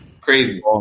crazy